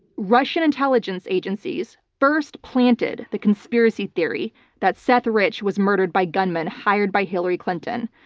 russian intelligence agencies first planted the conspiracy theory that seth rich was murdered by gunmen hired by hillary clinton.